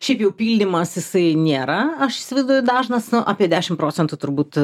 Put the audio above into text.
šiaip jų pildymas jisai nėra aš įsivaizduoju dažnas apie dešim procentų turbūt